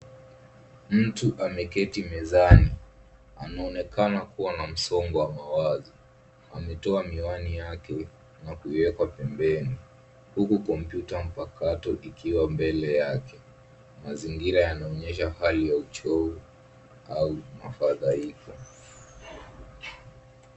Mtu ameketi mezani, anaonekana kuwa na msongo wa mawazo. Ametoa miwani yake na kuiweka pembeni huku kompyuta mpakato ikiwa mbele yake. Mazingira yanaonyesha hali ya uchovu au mafadhahiko.